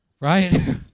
Right